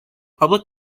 public